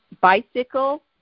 bicycle